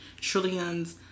Trillions